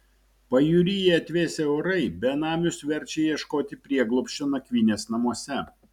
pajūryje atvėsę orai benamius verčia ieškoti prieglobsčio nakvynės namuose